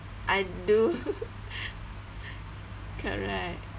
I do correct